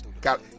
got